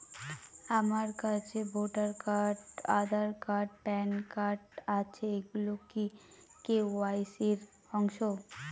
আমার কাছে voter card Aadhaar card PAN card আছে এগুলো কি কে.ওয়াই.সি র অংশ?